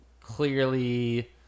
clearly